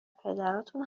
پدراتون